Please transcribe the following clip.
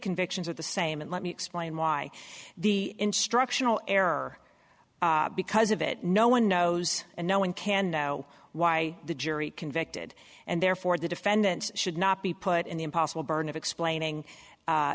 convictions of the same and let me explain why the instructional error because of it no one knows and no one can know why the jury convicted and therefore the defendant should not be put in the impossible burn of explaining